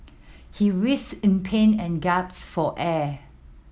he writhed in pain and for air